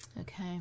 Okay